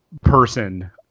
person